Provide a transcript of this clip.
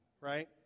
right